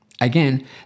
Again